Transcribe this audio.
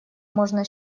можно